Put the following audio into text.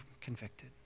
convicted